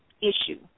issue